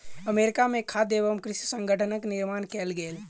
America में खाद्य एवं कृषि संगठनक निर्माण कएल गेल